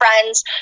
friends